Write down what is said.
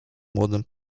młodym